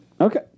Okay